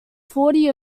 forty